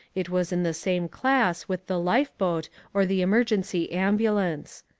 it was in the same class with the life boat or the emergency ambulance.